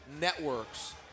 networks